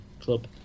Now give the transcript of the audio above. club